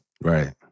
Right